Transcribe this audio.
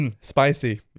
spicy